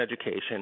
education